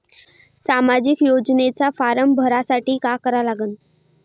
सामाजिक योजनेचा फारम भरासाठी का करा लागन?